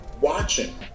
watching